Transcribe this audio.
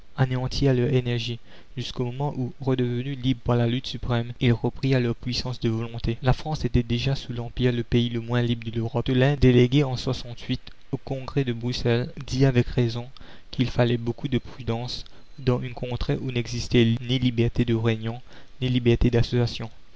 leur énergie jusqu'au moment où redevenus libres par la lutte suprême ils reprirent leur puissance de volonté la commune la france était déjà sous l'empire le pays le moins libre de l'europe tolain délégué en au congrès de bruxelles dit avec raison qu'il fallait beaucoup de prudence dans une contrée où n'existait ni liberté de réunion ni liberté d'association